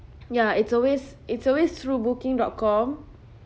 ya it's always it's always through booking dot com